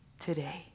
today